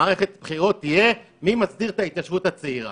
מערכת הבחירות תהיה מי מסדיר את ההתיישבות הצעירה.